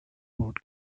broad